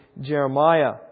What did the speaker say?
Jeremiah